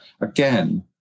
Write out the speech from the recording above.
again